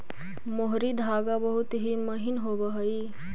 मोहरी धागा बहुत ही महीन होवऽ हई